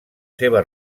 seva